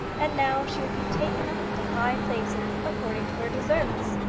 and now she would be taken up into high places according to her deserts.